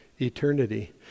eternity